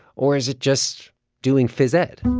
or is it just doing phys ed?